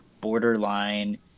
borderline